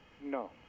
No